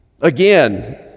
again